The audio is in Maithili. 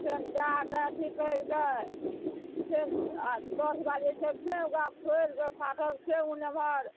फेन दान कए अथी करि कए फेन आओर दस बाजय छै फेन ओकरा खोलि कए फाटक फेन उन्ने एमहर